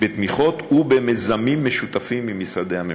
בתמיכות ובמיזמים משותפים עם משרדי הממשלה.